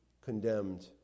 condemned